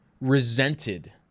resented